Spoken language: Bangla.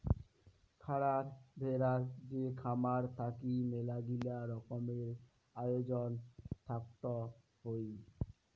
খারার ভেড়ার যে খামার থাকি মেলাগিলা রকমের আয়োজন থাকত হই